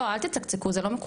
לא, אל תצקצקו, זה לא מקובל.